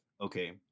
Okay